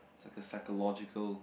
it's like a psychological